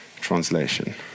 translation